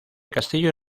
castillo